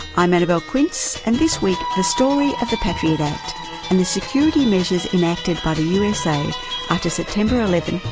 i'm annabelle quince and this week the story of the patriot act and the security measures enacted by the usa after september eleven,